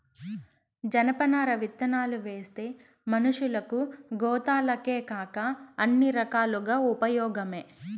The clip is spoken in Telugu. జనపనార విత్తనాలువేస్తే మనషులకు, గోతాలకేకాక అన్ని రకాలుగా ఉపయోగమే